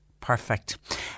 perfect